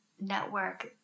network